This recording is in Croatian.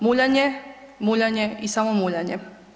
Muljanje, muljanje i samo muljanje.